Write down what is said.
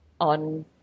on